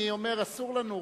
אני אומר: אסור לנו.